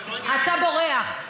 אבל זה לא, אתה בורח, אתה בורח.